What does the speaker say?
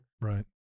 Right